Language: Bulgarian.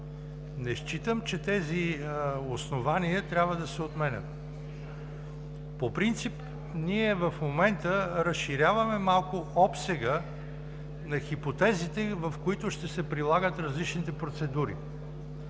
Не считам, че тези основания трябва да се отменят. По принцип ние в момента разширяваме малко обсега на хипотезите, в които ще се прилагат различните процедури.